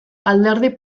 alderdi